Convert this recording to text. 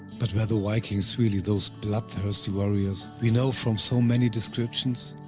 but were the vikings really those bloodthirsty warriors, we know from so many descriptions?